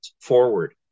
forward